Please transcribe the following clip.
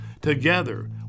Together